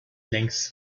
längst